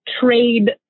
trade